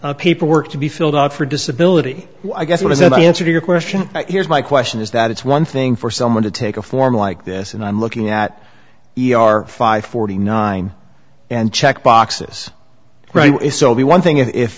says paperwork to be filled out for disability i guess what i said i answered your question here's my question is that it's one thing for someone to take a form like this and i'm looking at e r five forty nine and check boxes is so the one thing if